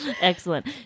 Excellent